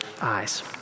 eyes